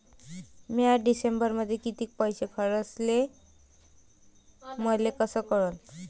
म्या डिसेंबरमध्ये कितीक पैसे खर्चले मले कस कळन?